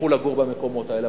ילכו לגור במקומות האלה,